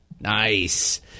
Nice